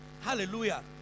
hallelujah